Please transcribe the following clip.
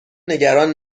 نگران